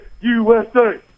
USA